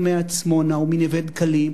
מעצמונה ומנווה-דקלים,